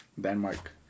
Denmark